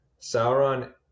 sauron